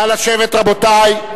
נא לשבת, רבותי.